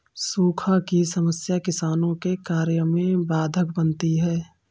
सूखा की समस्या किसानों के कार्य में बाधक बनती है